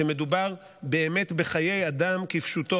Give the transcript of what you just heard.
שמדובר באמת בחיי אדם כפשוטו,